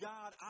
God